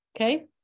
okay